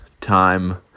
time